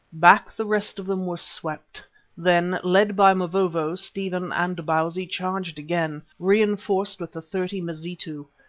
back the rest of them were swept then, led by mavovo, stephen and bausi, charged again, reinforced with the thirty mazitu.